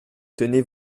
tenez